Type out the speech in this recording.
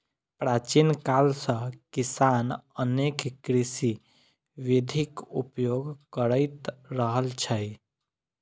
प्राचीन काल सं किसान अनेक कृषि विधिक उपयोग करैत रहल छै